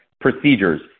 procedures